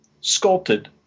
sculpted